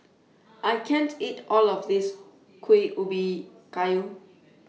I can't eat All of This Kuih Ubi Kayu